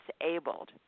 disabled